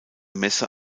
messe